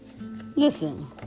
Listen